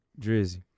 Drizzy